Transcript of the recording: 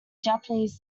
japanese